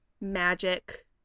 magic